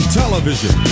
television